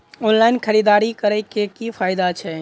Online खरीददारी करै केँ की फायदा छै?